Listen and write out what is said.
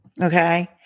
Okay